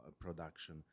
production